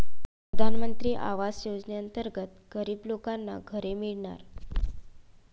प्रधानमंत्री आवास योजनेअंतर्गत गरीब लोकांना घरे मिळणार